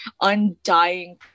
undying